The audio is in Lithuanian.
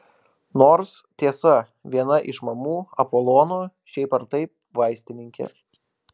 nors tiesa viena iš mamų apolono šiaip ar taip vaistininkė